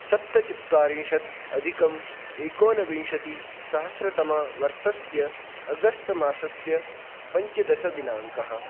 सप्तचत्वारिंशत् अधिकम् एकोनविंशतिसहस्रतमवर्षस्य अगस्त् मासस्य पञ्चदशः दिनाङ्कः